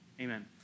Amen